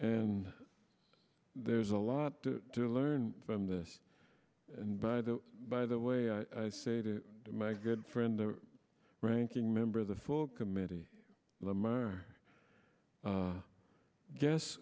and there's a lot to learn from this and by the by the way i say to my good friend the ranking member of the full committee lamar guess